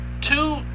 two